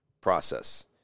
process